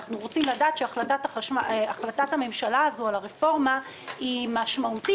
אנחנו רוצים לדעת שהחלטת הממשלה הזו על הרפורמה היא משמעותית,